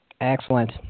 Excellent